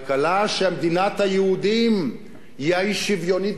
כלכלה שמדינת היהודים היא האי-שוויונית